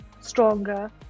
stronger